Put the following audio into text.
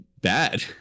bad